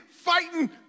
Fighting